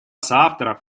соавторов